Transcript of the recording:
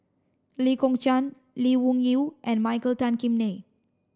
Lee Kong Chian Lee Wung Yew and Michael Tan Kim Nei